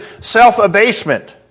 self-abasement